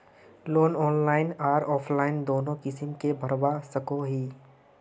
Loan online आर offline दोनों किसम के भरवा सकोहो ही?